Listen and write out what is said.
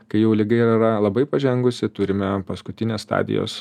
kai jau liga yra labai pažengusi turime paskutinės stadijos